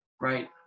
Right